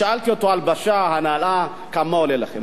שאלתי אותו: הלבשה, הנעלה, כמה עולה לכם?